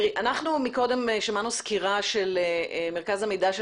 אנחנו קודם שמענו סקירה של מרכז המידע של